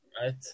right